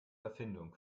erfindung